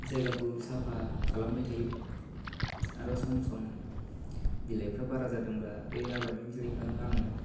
जायगाखौ साफा खालामबाय थायो आरो सम सम बिलाइफ्रा बारा जादोंबा बे आबादनि बिलाइखौनो आङो